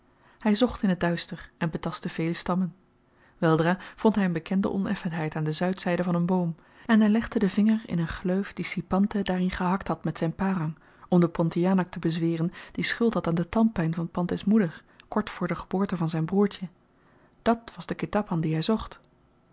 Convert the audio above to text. hy zocht in het duister en betastte vele stammen weldra vond hy een bekende oneffenheid aan de zuidzyde van een boom en hy legde den vinger in een gleuf die si panteh daarin gehakt had met zyn parang om den pontianak te bezweren die schuld had aan de tandpyn van panteh's moeder kort voor de geboorte van zyn broertje dàt was de ketapan dien hy zocht